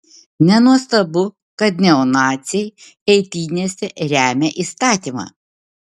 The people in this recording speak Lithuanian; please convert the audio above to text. nenuostabu kad neonaciai eitynėse remia įstatymą